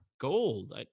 gold